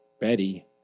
Betty